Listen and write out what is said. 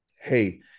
hey